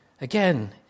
Again